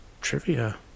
trivia